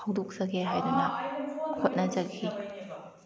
ꯍꯧꯗꯣꯛꯆꯒꯦ ꯍꯥꯏꯗꯅ ꯍꯣꯠꯅꯖꯈꯤ